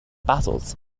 battles